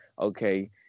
okay